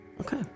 Okay